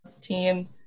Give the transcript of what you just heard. team